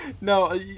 No